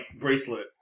bracelet